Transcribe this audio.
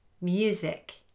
music